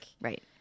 Right